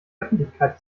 öffentlichkeit